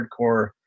hardcore